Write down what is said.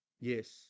Yes